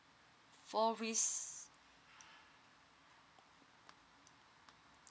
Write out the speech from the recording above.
for res~